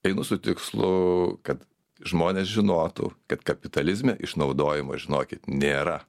einu su tikslu kad žmonės žinotų kad kapitalizme išnaudojimo žinokit nėra